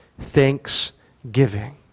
thanksgiving